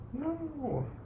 No